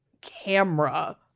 camera